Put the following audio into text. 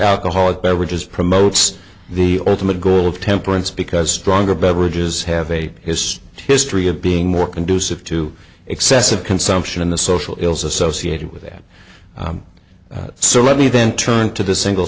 alcoholic beverages promotes the ultimate goal of temperance because stronger beverages have a history history of being more conducive to excessive consumption and the social ills associated with that so let me then turn to the single